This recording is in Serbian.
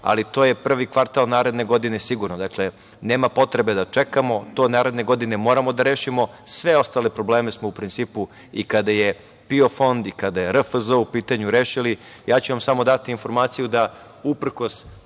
ali to je prvi kvartal naredne godine sigurno, dakle nema potrebe da čekamo, to naredne godine moramo da rešimo. Sve ostale probleme smo u principu i kada je PIO fond i kada je RFZO u pitanju rešili. Ja ću vam samo dati informaciju da uprkos